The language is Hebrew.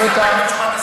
מה העקשנות?